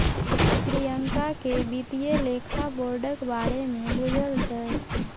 प्रियंका केँ बित्तीय लेखा बोर्डक बारे मे बुझल छै